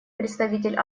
представитель